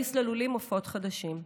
להכניס ללולים עופות חדשים.